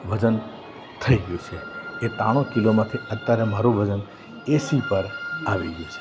વજન થઈ ગયું છે એ ત્રાણુ કિલોમાંથી અત્યારે મારો વજન એંસી પર આવી ગયો છે